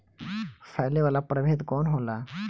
फैले वाला प्रभेद कौन होला?